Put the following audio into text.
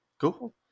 Cool